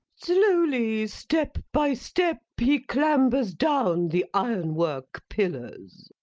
slowly step by step he clambers down the ironwork pillars.